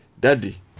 Daddy